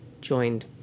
joined